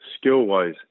skill-wise